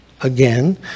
again